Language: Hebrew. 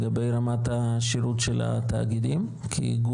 לגבי רמת השירות של התאגידים כי זהו למעשה